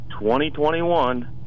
2021